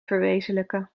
verwezenlijken